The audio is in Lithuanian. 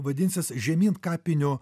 vadinsis žemyn kapinių